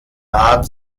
naht